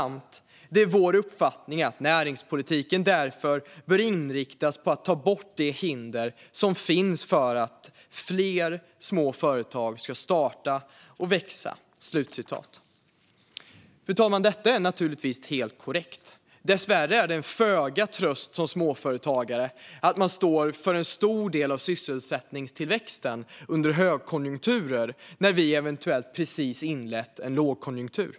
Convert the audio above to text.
kan man läsa: "Det är vår uppfattning att näringspolitiken därför bör inriktas på att ta bort de hinder som finns för att få fler små företag att starta och växa." Fru talman! Detta är naturligtvis helt korrekt. Dessvärre är det föga tröst för småföretagare att man står för en stor del av sysselsättningstillväxten under högkonjunkturer när vi eventuellt precis har inlett en lågkonjunktur.